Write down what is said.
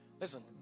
listen